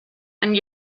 and